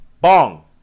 Bong